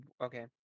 Okay